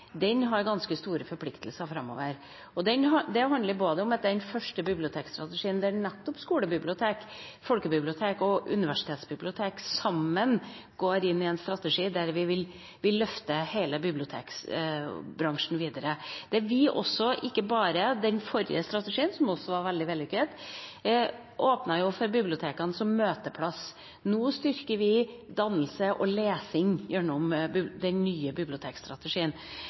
Den har ganske store forpliktelser framover, og det handler også om den første bibliotekstrategien, der nettopp skolebibliotek, folkebibliotek og universitetsbibliotek sammen går inn i en strategi der vi vil løfte hele bibliotekbransjen videre. Den forrige strategien, som også var veldig vellykket, åpnet jo for bibliotekene som møteplass. Nå styrker vi dannelse og lesing gjennom den nye bibliotekstrategien.